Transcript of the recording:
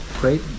great